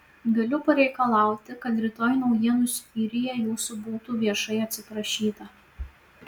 galiu pareikalauti kad rytoj naujienų skyriuje jūsų būtų viešai atsiprašyta